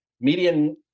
median